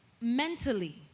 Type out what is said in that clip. mentally